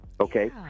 Okay